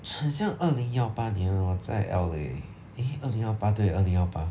很像二零幺八年我在 L_A eh 二零幺八对二零幺八